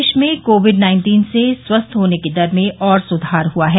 देश में COVID nineteen से स्वस्थ होने की दर में और सुधार हुआ है